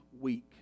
week